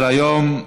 תם סדר-היום.